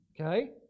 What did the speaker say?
Okay